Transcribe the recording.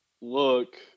look